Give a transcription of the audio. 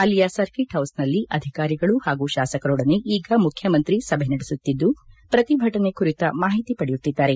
ಅಲ್ಲಿಯ ಸರ್ಕೀಟ್ ಹೌಸ್ನಲ್ಲಿ ಅಧಿಕಾರಿಗಳು ಪಾಗೂ ಶಾಸಕರೊಡನೆ ಈಗ ಮುಖ್ಯಮಂತ್ರಿ ಸಭೆ ನಡೆಸುತ್ತಿದ್ದು ಪ್ರತಿಭಟನೆ ಕುರಿತ ಮಾಹಿತಿ ಪಡೆಯುತ್ತಿದ್ದಾರೆ